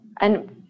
and-